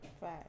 Five